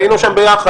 והיינו שם ביחד,